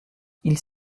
ils